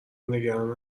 نگران